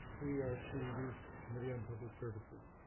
we are to the committee on public services.